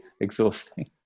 exhausting